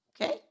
Okay